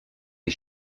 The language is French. les